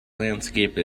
landscape